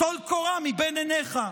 טול קורה מבין עיניך.